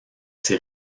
ses